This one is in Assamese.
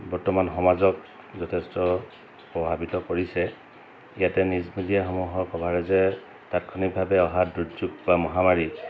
বৰ্তমান সমাজক যথেষ্ট প্ৰভাৱিত কৰিছে ইয়াতে নিউজ মিডিয়াসমূহৰ কভাৰেজে তাৎক্ষণিকভাৱে অহা দুৰ্যোগ বা মহামাৰী